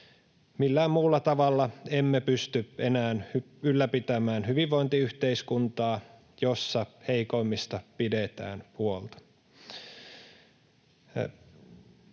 Millään muulla tavalla emme pysty enää ylläpitämään hyvinvointiyhteiskuntaa, jossa heikoimmista pidetään huolta.